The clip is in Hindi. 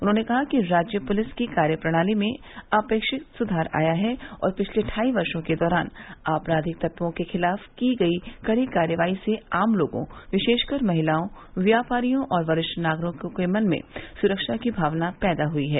उन्होंने कहा कि राज्य पुलिस की कार्यप्रणाली में अपेक्षित सुधार आया है और पिछले ढाई वर्षो के दौरान आपराधिक तत्वों के खिलाफ की गई कड़ी कार्रवाई ने आम लोगों विशेषकर महिलाओं व्यापारियों और वरिष्ठ नागरिकों के मन में सुरक्षा की भावना पैदा की है